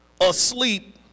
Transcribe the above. asleep